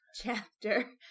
chapter